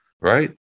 right